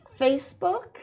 Facebook